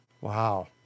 Wow